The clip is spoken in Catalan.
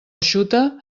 eixuta